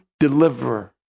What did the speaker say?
Deliverer